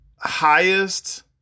highest